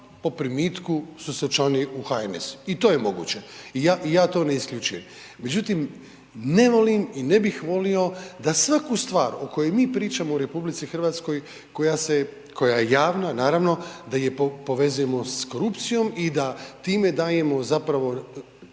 po primitku su se učlanili u HNS i to je moguće i ja to ne isključujem. Međutim, ne volim i ne bih volio da svaku stvar o kojoj mi pričamo u RH koja se, koja je javna naravno, da je povezujemo s korupcijom i da time dajemo zapravo,